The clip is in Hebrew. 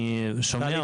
אני שומע אותם.